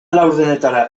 laurdenetara